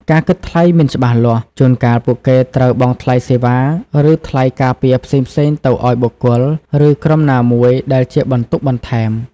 ការគិតថ្លៃមិនច្បាស់លាស់ ជួនកាលពួកគេត្រូវបង់ថ្លៃសេវា ឬ ថ្លៃការពារផ្សេងៗទៅឱ្យបុគ្គល ឬក្រុមណាមួយ ដែលជាបន្ទុកបន្ថែម ។